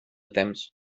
temps